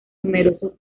numerosos